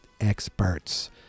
experts